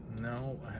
No